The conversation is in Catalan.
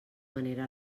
manera